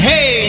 Hey